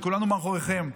וכולנו מאחוריכם.